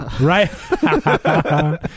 right